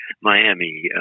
Miami